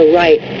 right